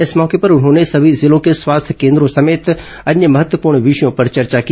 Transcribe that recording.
इस मौके पर उन्होंने सभी जिलों के स्वास्थ्य केन्द्रो समेत अन्य महत्वपूर्ण विषयों पर चर्चा की